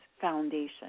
foundation